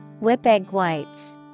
Whip-egg-whites